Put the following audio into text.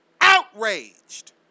outraged